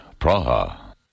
Praha